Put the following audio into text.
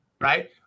right